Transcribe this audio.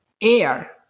air